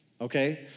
okay